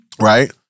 Right